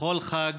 בכל חג,